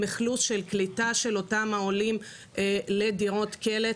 עם אכלוס של אותם העולים בדירות קלט,